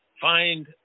find